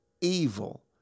evil